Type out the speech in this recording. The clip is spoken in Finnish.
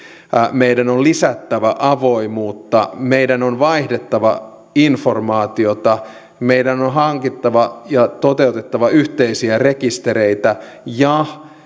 meidän on lisättävä avoimuutta meidän on vaihdettava informaatiota meidän on on hankittava ja toteutettava yhteisiä rekistereitä ja